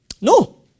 No